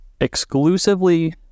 exclusively